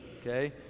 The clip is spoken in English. Okay